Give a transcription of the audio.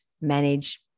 manage